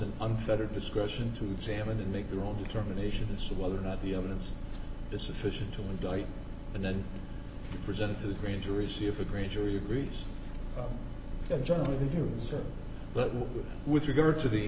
an unfettered discretion to examine and make their own determinations as to whether or not the evidence is sufficient to indict and then present it to the grid to receive a grand jury agrees that generally they do but with regard to the